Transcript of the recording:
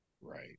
Right